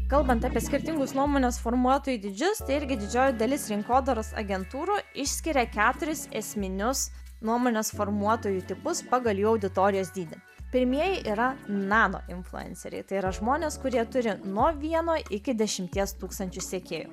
kalbant apie skirtingus nuomonės formuotojų dydžius tai irgi didžioji dalis rinkodaros agentūrų išskiria keturis esminius nuomonės formuotojų tipus pagal jų auditorijos dydį pirmieji yra nanoinfluenceriai tai yra žmonės kurie turi nuo vieno iki dešimties tūkstančių sekėjų